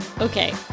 Okay